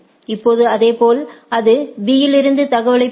இப்போது இதேபோல் அது B யிலிருந்தும் தகவல்களைப் பெறும்